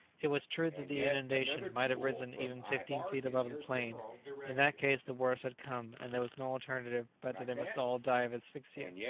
it was true that the inundation might have risen even fifteen feet above the plain in that case the worst had come, and there was no alternative but that they must all die of asphyxia.